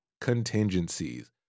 contingencies